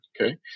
okay